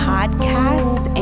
Podcast